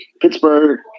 Pittsburgh